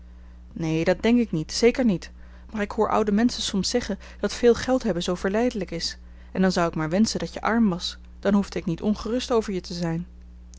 neen dat denk ik niet zeker niet maar ik hoor oude menschen soms zeggen dat veel geld hebben zoo verleidelijk is en dan zou ik maar wenschen dat je arm was dan hoefde ik niet ongerust over je te zijn